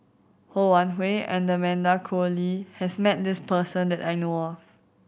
Ho Wan Hui and Amanda Koe Lee has met this person that I know of